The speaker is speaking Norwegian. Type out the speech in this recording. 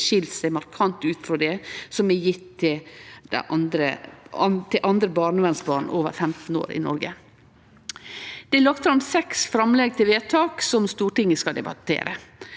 skil seg markant ut frå det som blir gjeve til andre barnevernsbarn over 15 år i Noreg. Det er lagt fram seks framlegg til vedtak som Stortinget skal debattere: